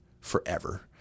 forever